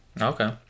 okay